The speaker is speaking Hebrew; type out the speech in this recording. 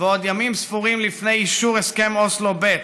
ימים ספורים לפני אישור הסכם אוסלו ב',